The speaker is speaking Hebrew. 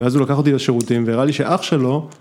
ואז הוא לקח אותי לשירותים והראה לי שאח שלו